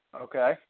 Okay